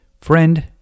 Friend